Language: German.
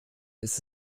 ist